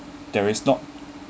there is not